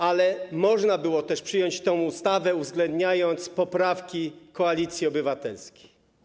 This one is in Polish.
Ale można było też przyjąć tę ustawę, uwzględniając poprawki Koalicji Obywatelskiej.